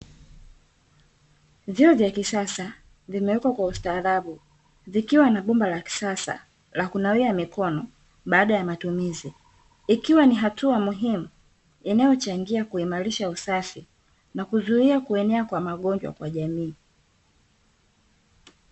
vyoo vya kisasa vimeweka kwa ustarabu, vikiwa na bomba la kisasa la kunawia mikono baada ya matumizi. Ikiwa ni hatua muhimu inayochangia kuimarisha usafi na kuzuia kuenea kwa magonjwa kwa jamii.